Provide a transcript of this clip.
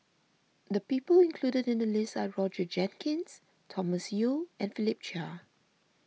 the people included in the list are Roger Jenkins Thomas Yeo and Philip Chia